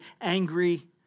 angry